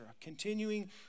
Continuing